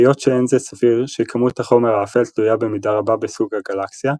היות שאין זה סביר שכמות החומר האפל תלויה במידה רבה בסוג הגלקסיה,